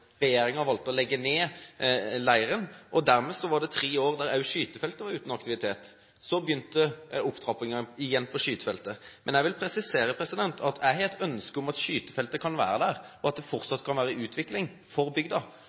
leiren. Dermed var det tre år der også skytefeltet var uten aktivitet. Så begynte opptrappingen på skytefeltet igjen. Jeg vil presisere at jeg har et ønske om at skytefeltet kan være der, og at det fortsatt kan være i utvikling – for bygda.